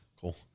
Cool